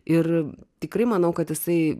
ir tikrai manau kad jisai